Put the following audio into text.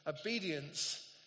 obedience